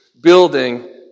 building